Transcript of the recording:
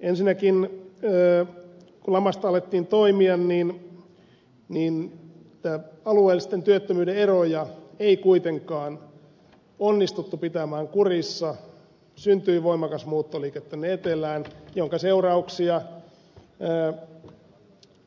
ensinnäkin kun lamasta alettiin toipua niin alueellisten työttömyyden eroja ei kuitenkaan onnistuttu pitämään kurissa syntyi voimakas muuttoliike tänne etelään minkä seurauksia